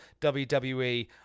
WWE